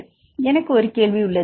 எனவே எனக்கு ஒரு கேள்வி உள்ளது